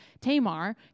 Tamar